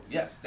Yes